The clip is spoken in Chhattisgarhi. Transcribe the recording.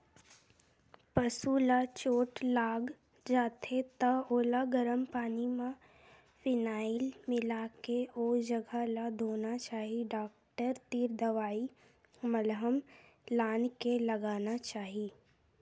पसु ल चोट लाग जाथे त ओला गरम पानी म फिनाईल मिलाके ओ जघा ल धोना चाही डॉक्टर तीर दवई मलहम लानके लगाना चाही